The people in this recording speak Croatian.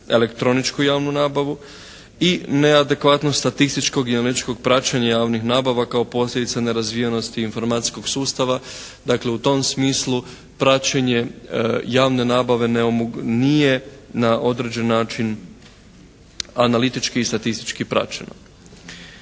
elektroničku javnu nabavu. I neadekvatnost statističkog i numeričkog praćenja javnih nabava kao posljedica nerazvijenosti informacijskog sustava. Dakle u tom smislu praćenje javne nabave nije na određeni način analitički i statistički praćeno.